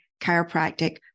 chiropractic